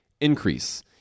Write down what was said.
Increase